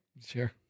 Sure